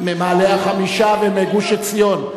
ממעלה-החמישה ומגוש-עציון.